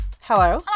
Hello